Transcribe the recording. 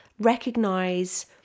recognize